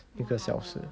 我们好了